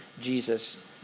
Jesus